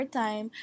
time